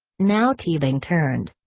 now teabing turned.